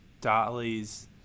Dolly's